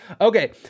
okay